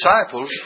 disciples